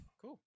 Cool